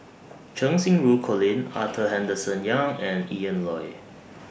Cheng Xinru Colin Arthur Henderson Young and Ian Loy